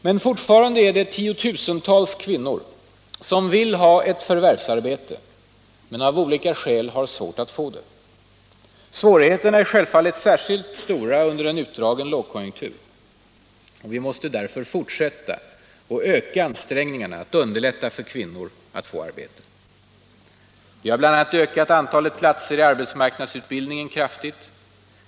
Men fortfarande är det tiotusentals kvinnor som vill ha ett förvärvsarbete men av olika skäl har svårt att få det. Svårigheterna är självfallet särskilt stora under en utdragen lågkonjunktur. Vi måste därför fortsätta och öka ansträngningarna att underlätta för kvinnor att få arbete. Vi har bl.a. ökat antalet platser i arbetsmarknadsutbildningen kraftigt.